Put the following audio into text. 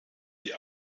die